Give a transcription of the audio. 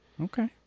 okay